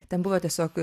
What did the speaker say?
ten buvo tiesiog